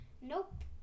Nope